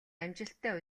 амжилттай